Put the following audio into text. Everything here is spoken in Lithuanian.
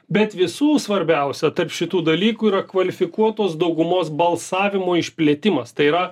bet visų svarbiausia tarp šitų dalykų yra kvalifikuotos daugumos balsavimo išplėtimas tai yra